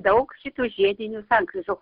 daug šitų žiedinių sankryžų